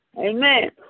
amen